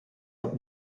dat